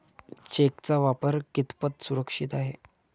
चेकचा वापर कितपत सुरक्षित आहे?